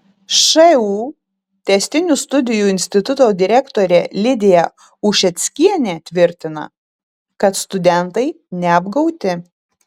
šu tęstinių studijų instituto direktorė lidija ušeckienė tvirtina kad studentai neapgauti